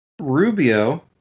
Rubio